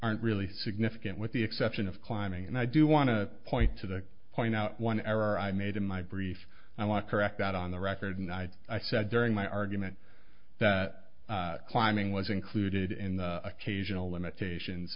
aren't really significant with the exception of climbing and i do want to point to point out one error i made in my brief i want to correct out on the record and i said during my argument that climbing was included in the occasional limitations